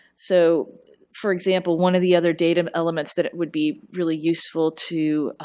so for example, one of the other data elements that would be really useful to